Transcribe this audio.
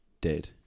dead